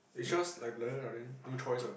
it just like like that like that no choice what